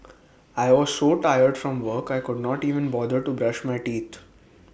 I was so tired from work I could not even bother to brush my teeth